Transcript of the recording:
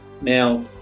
now